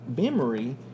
memory